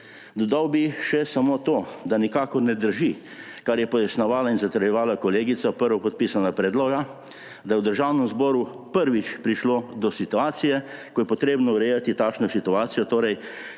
Dodal bi še samo to, da nikakor ne drži, kar je pojasnjevala in zatrjevala prvopodpisana kolegica predloga, da je v Državnem zboru prvič prišlo do situacije, ko je treba urejati takšno situacijo, torej